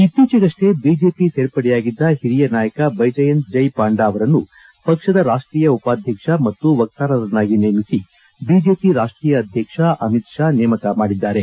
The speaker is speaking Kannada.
ಇತ್ತೀಚೆಗಷ್ಟೇ ಬಿಜೆಪಿ ಸೇರ್ಪಡೆಯಾಗಿದ್ದ ಓರಿಯ ನಾಯಕ ಬೈಜಯಂತ್ ಜಯ್ ಪಾಂಡ ಅವರನ್ನು ಪಕ್ಷದ ರಾಷ್ಟೀಯ ಉಪಾಧ್ವಕ್ಷ ಮತ್ತು ವಕ್ತಾರನ್ನಾಗಿ ನೇಮಿಸಿ ಬಿಜೆಪಿ ರಾಷ್ಟೀಯ ಅಧ್ಯಕ್ಷ ಅಮಿತ್ ಶಾ ನೇಮಕ ಮಾಡಿದ್ದಾರೆ